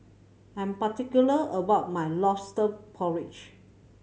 I'm particular about my Lobster Porridge